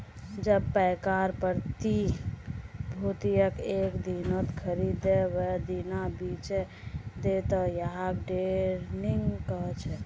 जब पैकार प्रतिभूतियक एक दिनत खरीदे वेय दिना बेचे दे त यहाक डे ट्रेडिंग कह छे